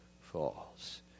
falls